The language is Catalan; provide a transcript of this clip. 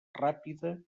ràpida